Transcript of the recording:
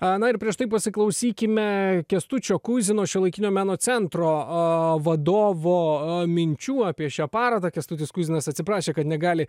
a na ir prieš tai pasiklausykime kęstučio kuizino šiuolaikinio meno centro vadovo minčių apie šią parodą kęstutis kuizinas atsiprašė kad negali